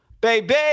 baby